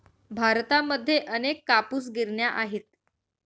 भारतामध्ये अनेक कापूस गिरण्या आहेत